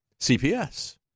CPS